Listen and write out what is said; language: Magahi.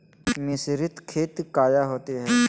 मिसरीत खित काया होती है?